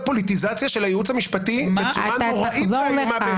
פוליטיזציה של הייעוץ המשפטי בצורה נוראית ואיומה.